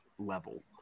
level